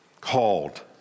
Called